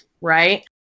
right